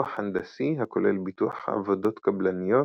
ביטוח הנדסי הכולל ביטוח עבודות קבלניות